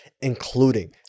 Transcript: including